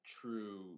true